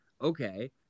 Okay